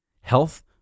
health